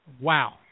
Wow